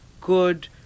good